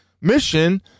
mission